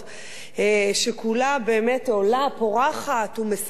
שכולה באמת עולה, פורחת ומשגשגת,